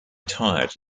tired